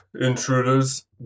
intruders